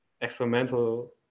experimental